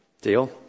deal